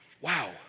wow